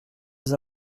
les